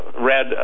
red